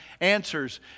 answers